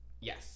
Yes